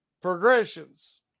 progressions